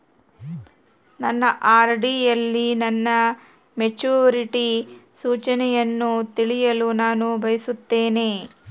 ನನ್ನ ಆರ್.ಡಿ ಯಲ್ಲಿ ನನ್ನ ಮೆಚುರಿಟಿ ಸೂಚನೆಯನ್ನು ತಿಳಿಯಲು ನಾನು ಬಯಸುತ್ತೇನೆ